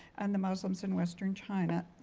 and the muslims in western china,